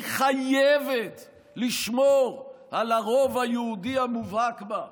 היא חייבת לשמור על הרוב היהודי המובהק בה.